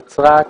נצרת,